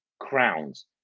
crowns